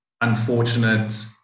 unfortunate